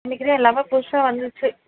இன்னைக்குதான் எல்லாமே புதுசாக வந்துச்சு